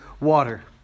water